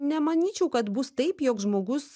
nemanyčiau kad bus taip jog žmogus